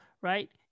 right